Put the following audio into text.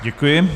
Děkuji.